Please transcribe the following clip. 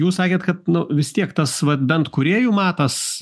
jūs sakėt kad nu vis tiek tas vat bent kūrėjų matas